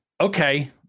Okay